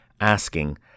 asking